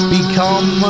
Become